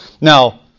Now